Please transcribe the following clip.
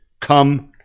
come